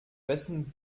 wessen